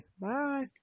Bye